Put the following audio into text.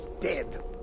dead